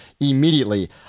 immediately